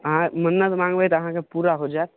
अहाँ मन्नत माँगबै तऽ पुरा भऽ जायत